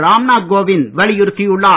ராம்நாத் கோவிந்த் வலியுறுத்தியுள்ளார்